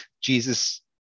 Jesus